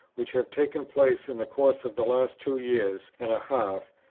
which have taken place in the course of the last two years and a half,